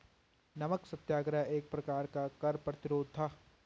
नमक सत्याग्रह एक प्रकार का कर प्रतिरोध था